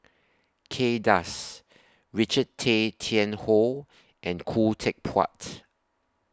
Kay Das Richard Tay Tian Hoe and Khoo Teck Puat